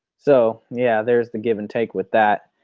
so yeah there's the give and take with that.